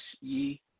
ye